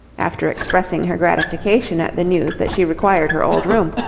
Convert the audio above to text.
after expressing her gratification at the news that she required her old room,